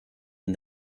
and